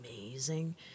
amazing